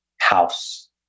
house